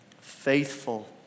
faithful